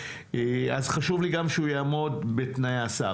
אז חושב לי גם שהוא יעמוד בתנאי הסף.